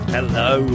Hello